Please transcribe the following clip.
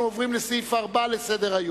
אנחנו עוברים לסעיף 4 בסדר-היום,